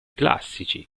classici